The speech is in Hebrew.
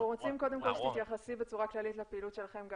אנחנו רוצים קודם כל שתתייחסי בצורה כללית לפעילות שלכם,